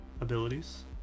abilities